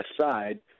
side